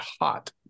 Hot